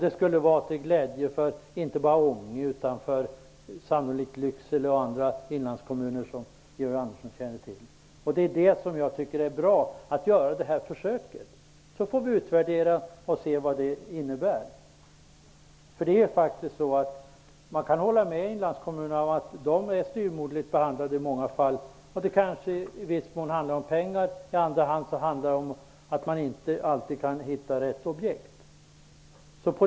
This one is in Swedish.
Det skulle vara till glädje inte bara för Ånge utan sannolikt också för Lycksele och andra inlandskommuner. Därför tycker jag att det är bra att göra det här försöket. Sedan får vi utvärdera det och se vad det har inneburit. Man kan hålla med inlandskommunerna om att de i många fall är styvmoderligt behandlade. I viss mån handlar det om pengar, i andra fall om att man inte alltid kan hitta rätt objekt.